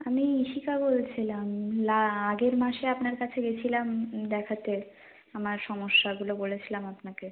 আমি ঈষিকা বলছিলাম আগের মাসে আপনার কাছে গিয়েছিলাম দেখাতে আমার সমস্যাগুলো বলেছিলাম আপনাকে